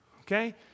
okay